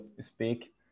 speak